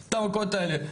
את המכות האלה.